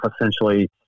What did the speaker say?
essentially